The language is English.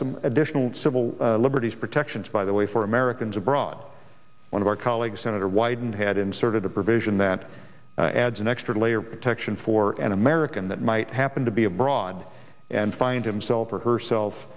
some additional civil liberties protections by the way for americans abroad one of our colleagues senator wyden had inserted a provision that adds an extra layer protection for an american that might happen to be abroad and find himself or herself